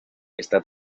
está